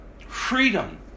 Freedom